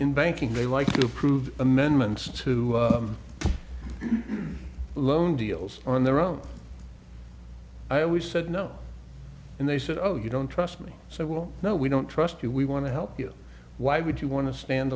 in banking they like to prove amendments to loan deals on their own i always said no and they said oh you don't trust me so we'll no we don't trust you we want to help you why would you want to stand